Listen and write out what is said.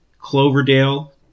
Cloverdale